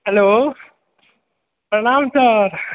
hello प्रणाम sir